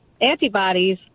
antibodies